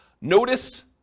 Notice